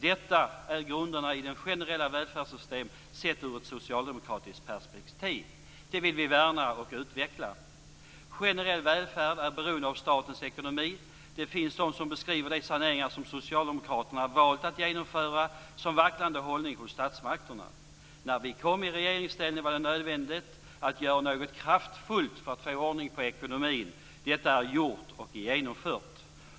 Detta är grunderna i det generella välfärdssystemet sett ur socialdemokratiskt perspektiv. Det vill vi värna och utveckla. Generell välfärd är beroende av statens ekonomi. Det finns de som beskriver de saneringar som socialdemokraterna valt att genomföra som vacklande hållning hos statsmakterna. När vi kom i regeringsställning var det nödvändigt att göra något kraftfullt för att få ordning på ekonomin. Detta är gjort och genomfört.